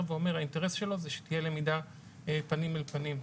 ואומר שהאינטרס שלו זה שתהיה למידה פנים אל פנים.